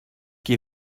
qui